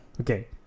Okay